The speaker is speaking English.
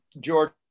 George